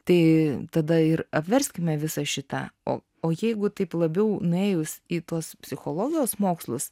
tai tada ir apverskime visą šitą o o jeigu taip labiau nuėjus į tuos psichologijos mokslus